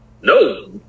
No